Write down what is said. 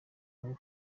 kumwe